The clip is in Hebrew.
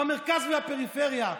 במרכז ובפריפריה,